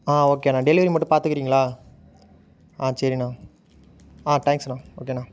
ஆ ஓகேண்ணா டெலிவரி மட்டும் பார்த்துக்குறீங்களா ஆ சரிண்ணா ஆ டேங்க்ஸ்ண்ணா ஓகேண்ணா